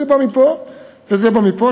זה בא מפה וזה בא מפה.